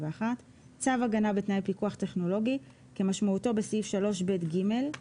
"צו הגנה בתנאי פיקוח טכנולוגי" כמשמעותו בסעיף 3ב(ג);